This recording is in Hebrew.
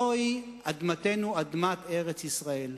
זוהי אדמתנו, אדמת ארץ-ישראל.